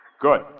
Good